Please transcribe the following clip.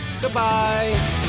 Goodbye